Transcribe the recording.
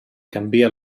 canvia